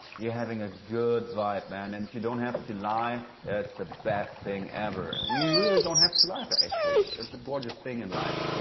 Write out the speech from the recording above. you're having a good vibe, man. and if you don't have to lie, it's the best thing ever. you really don't have to lie actually. it's a gorgeous thing in life. so